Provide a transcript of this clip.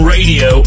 Radio